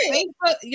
Facebook